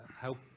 help